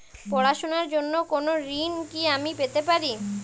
পড়াশোনা র জন্য কোনো ঋণ কি আমি পেতে পারি?